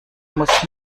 muss